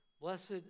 Blessed